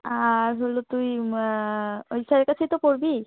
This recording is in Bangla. আর হলো তুই ওই স্যারের কাছেই তো পড়বি